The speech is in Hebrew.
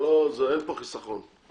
אין פה חיסכון.